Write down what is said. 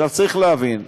צריך להבין: